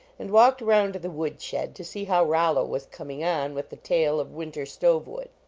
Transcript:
and walked around to the wood-shed to see how rollo was coming on with the tale of winter stove-wood.